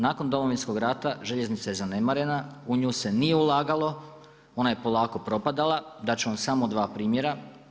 Nakon Domovinskog rata željeznica je zanemarena u nju se nije ulagalo, ona je polako propadala dat ću vam samo dva primjera.